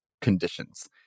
conditions